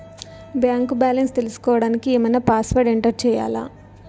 Bank balance తెలుసుకోవడానికి ఏమన్నా password enter చేయాలా?